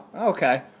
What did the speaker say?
okay